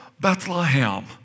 Bethlehem